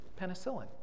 penicillin